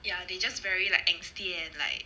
ya they just very like angsty and like